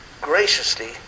graciously